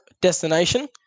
destination